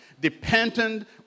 dependent